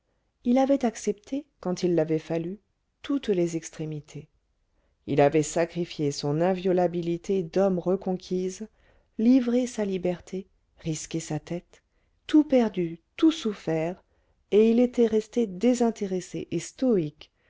il avait accepté quand il l'avait fallu toutes les extrémités il avait sacrifié son inviolabilité d'homme reconquise livré sa liberté risqué sa tête tout perdu tout souffert et il était resté désintéressé et stoïque